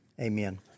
amen